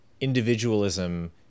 individualism